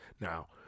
Now